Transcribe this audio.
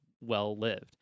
well-lived